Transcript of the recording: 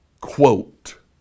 quote